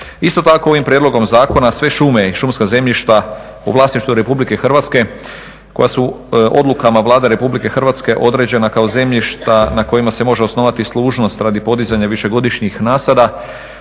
Isto tako ovim prijedlogom zakona sve šume i šumska zemljišta u vlasništvu Republike Hrvatske koja su odlukama Vlade Republike Hrvatske određena kao zemljišta na kojima se može osnovati služnost radi podizanja višegodišnjih nasada,